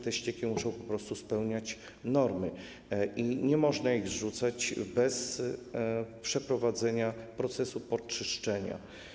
Te ścieki muszą po prostu spełniać normy i nie można ich zrzucać bez przeprowadzenia procesu podczyszczenia.